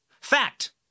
Fact